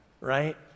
right